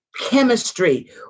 chemistry